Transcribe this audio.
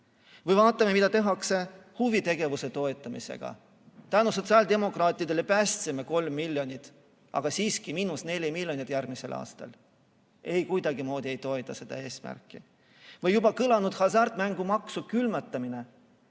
Või vaatame, mida tehakse huvitegevuse toetamisega. Tänu sotsiaaldemokraatidele päästsime kolm miljonit, aga siiski miinus neli miljonit järgmisel aastal. Ei, kuidagimoodi ei toeta seda eesmärki. Või juba kõlanud hasartmängumaksu külmutamine,